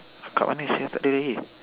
kat mana sia tak ada lagi